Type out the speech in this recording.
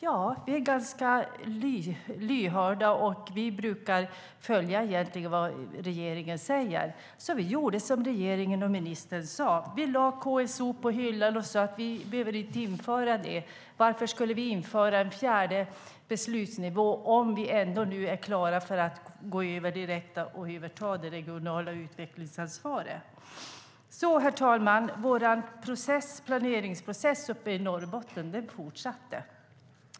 Ja, vi är ganska lyhörda, och vi brukar följa vad regeringen säger. Vi gjorde som regeringen och ministern sade: Vi lade KSO på hyllan och sade att vi inte behövde införa det. Varför skulle vi införa en fjärde beslutsnivå om vi nu ändå var klara för att överta det regionala utvecklingsansvaret? Herr talman! Vår planeringsprocess uppe i Norrbotten fortsatte.